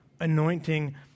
anointing